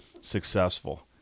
Successful